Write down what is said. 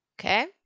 Okay